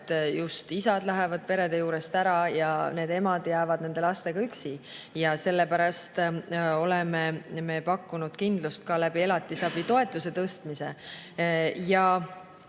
et just isad lähevad perede juurest ära ja emad jäävad lastega üksi. Sellepärast oleme me pakkunud kindlust ka elatisabitoetuse tõstmise kaudu.